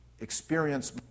experience